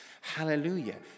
Hallelujah